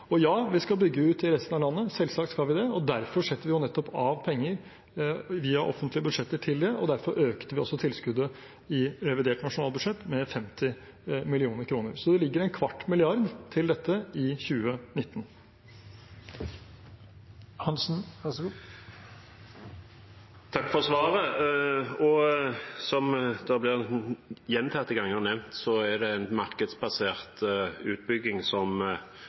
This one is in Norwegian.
Og ja – vi skal bygge ut i resten av landet, selvsagt skal vi det. Derfor setter vi nettopp av penger via offentlige budsjetter til det, og derfor økte vi også tilskuddet i revidert nasjonalbudsjett med 50 mill. kr. Så det ligger en kvart milliard til dette i 2019. Takk for svaret. Som det blir nevnt gjentatte ganger, er det en markedsbasert utbygging som